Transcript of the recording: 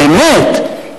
באמת.